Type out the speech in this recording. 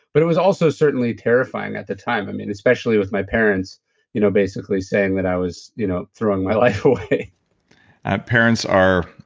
but it was also certainly terrifying at the time um and especially with my parents you know basically saying that i was you know throwing my life away parents are.